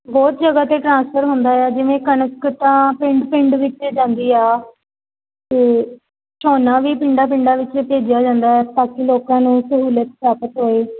ਬਹੁਤ ਜਗ੍ਹਾ 'ਤੇ ਟਰਾਂਸਫਰ ਹੁੰਦਾ ਹੈ ਜਿਵੇਂ ਕਣਕ ਤਾਂ ਪਿੰਡ ਪਿੰਡ ਵਿੱਚ ਜਾਂਦੀ ਹੈ ਅਤੇ ਝੋਨਾ ਵੀ ਪਿੰਡਾਂ ਪਿੰਡਾਂ ਵਿੱਚ ਭੇਜਿਆ ਜਾਂਦਾ ਹੈ ਤਾਂ ਕਿ ਲੋਕਾਂ ਨੂੰ ਸਹੂਲਤ ਪ੍ਰਾਪਤ ਹੋਏ